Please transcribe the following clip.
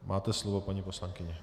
Máte slovo, paní poslankyně.